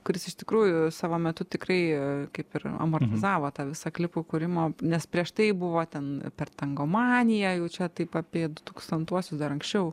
kuris iš tikrųjų savo metu tikrai kaip ir amortizavo tą visą klipų kūrimo nes prieš tai buvo ten per tangomaniją jau čia taip apie dutūkstantuosius dar anksčiau